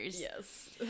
Yes